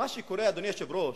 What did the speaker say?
מה שקורה, אדוני היושב-ראש,